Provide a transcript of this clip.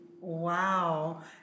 Wow